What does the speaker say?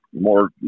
more